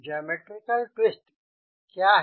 geometrical twist क्या है